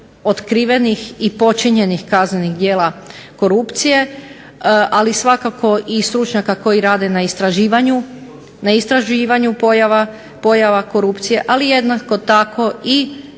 otkrivenih i počinjenih kaznenih djela korupcije, ali svakako i stručnjaka koji rade na istraživanju pojava korupcije, ali jednako tako i